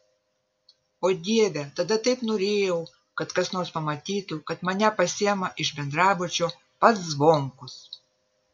o dieve tada taip norėjau kad kas nors pamatytų kad mane pasiima iš bendrabučio pats zvonkus